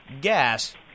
Gas